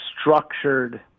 structured